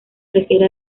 refiere